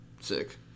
Sick